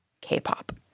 K-pop